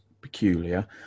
peculiar